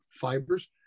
fibers